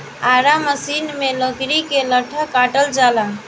आरा मसिन में लकड़ी के लट्ठा काटल जाला